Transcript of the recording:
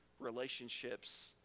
Relationships